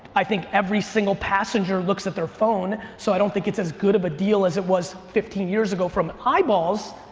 i think every single passenger looks at their phone, so i don't think it's as good of a deal as it was fifteen years ago from eyeballs,